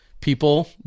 people